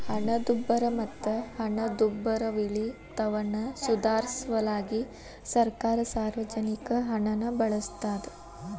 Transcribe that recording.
ಹಣದುಬ್ಬರ ಮತ್ತ ಹಣದುಬ್ಬರವಿಳಿತವನ್ನ ಸುಧಾರ್ಸ ಸಲ್ವಾಗಿ ಸರ್ಕಾರ ಸಾರ್ವಜನಿಕರ ಹಣನ ಬಳಸ್ತಾದ